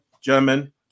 german